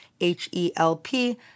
H-E-L-P